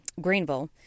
Greenville